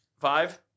Five